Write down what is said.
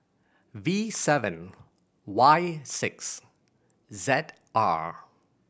V seven Y six Z R